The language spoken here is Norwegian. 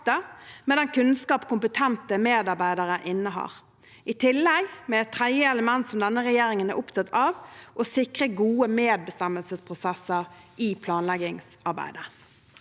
med den kunnskap kompetente medarbeidere innehar – i tillegg til et tredje element som denne regjeringen er opptatt av: å sikre gode medbestemmelsesprosesser i planleggingsarbeidet.